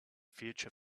future